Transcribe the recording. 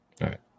right